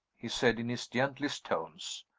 he said, in his gentlest tones.